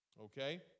Okay